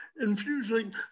infusing